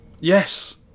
Yes